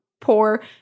poor